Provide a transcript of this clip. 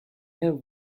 have